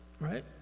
right